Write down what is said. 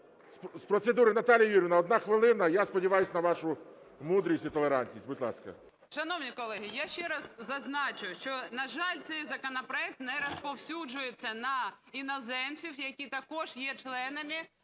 З процедури, Наталія Юріївна, одна хвилина, я сподіваюся на вашу мудрість і толерантність, будь ласка. 13:11:25 КОРОЛЕВСЬКА Н.Ю. Шановні колеги, я ще раз зазначу, що, на жаль, цей законопроект не розповсюджується на іноземців, які також є членами